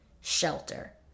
shelter